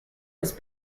was